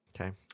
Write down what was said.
Okay